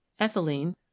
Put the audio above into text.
Ethylene